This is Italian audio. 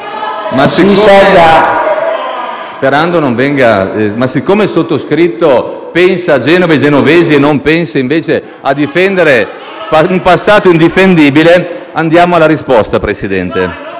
il sottoscritto pensa a Genova e ai genovesi e non pensa, invece, a difendere un passato indifendibile, andiamo alla risposta.